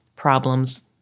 problems